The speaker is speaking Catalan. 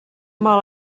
mal